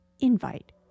invite